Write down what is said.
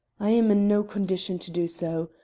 i am in no condition to do so.